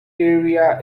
area